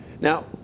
Now